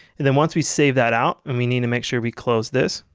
and then once we save that out and we need to make sure we close this.